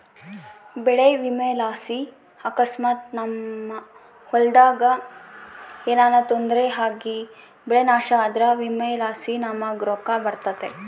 ಬೆಳೆ ವಿಮೆಲಾಸಿ ಅಕಸ್ಮಾತ್ ನಮ್ ಹೊಲದಾಗ ಏನನ ತೊಂದ್ರೆ ಆಗಿಬೆಳೆ ನಾಶ ಆದ್ರ ವಿಮೆಲಾಸಿ ನಮುಗ್ ರೊಕ್ಕ ಬರ್ತತೆ